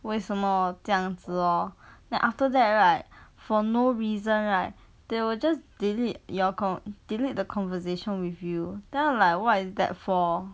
为什么这样子 lor then after that right for no reason right they will just delete your co~ delete the conversation with you then I'm like what is that for